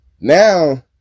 Now